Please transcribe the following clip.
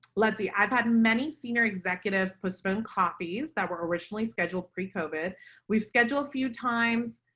let's see, i've had many senior executives postponed copies that were originally scheduled pre koba we've scheduled few times.